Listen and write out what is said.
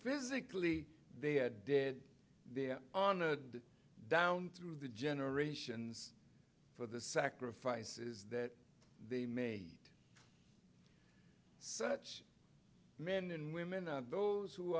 physically they are dead there are no down through the generations for the sacrifices that they made such men and women are those who